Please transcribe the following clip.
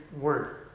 word